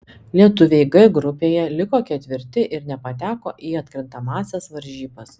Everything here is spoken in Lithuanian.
lietuviai g grupėje liko ketvirti ir nepateko į atkrintamąsias varžybas